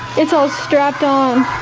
it's all strapped on.